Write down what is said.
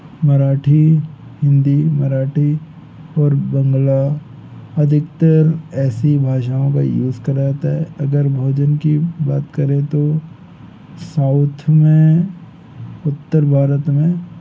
मराठी हिंदी मराठी और बांग्ला अधिकतर ऐसी भाषाओं का यूज़ करा जाता है अगर भोजन की बात करें तो साउथ में उत्तर भारत में